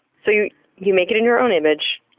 so you you make it in your own image,